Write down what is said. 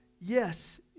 Yes